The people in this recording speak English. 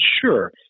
Sure